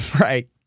right